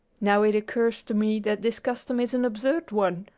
now it occurs to me that this custom is an absurd one.